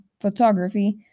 photography